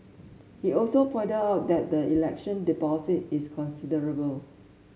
he also pointed out that the election deposit is considerable